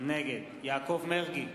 נגד יעקב מרגי,